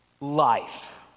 life